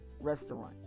restaurant